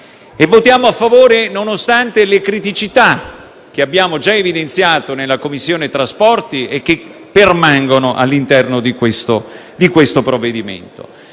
al nostro esame, nonostante le criticità che abbiamo già evidenziato nella Commissione trasporti e che permangono all'interno del provvedimento.